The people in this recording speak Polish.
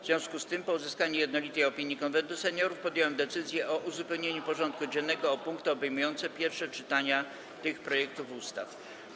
W związku z tym, po uzyskaniu jednolitej opinii Konwentu Seniorów, podjąłem decyzję o uzupełnieniu porządku dziennego o punkty obejmujące pierwsze czytania tych projektów ustaw.